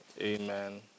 amen